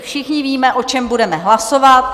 Všichni víme, o čem budeme hlasovat.